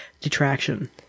detraction